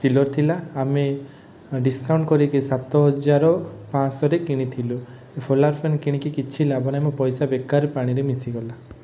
Schiller ଥିଲା ଆମେ discount କରିକି ସାତ ହଜାର ପାଞ୍ଚଶହରେ କିଣିଥିଲୁ ସୋଲାର୍ ଫ୍ୟାନ୍ କିଣିକି କିଛି ଲାଭ ନାହିଁ ମୋ ପଇସା ବେକାର ପାଣିରେ ମିଶିଗଲା